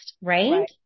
Right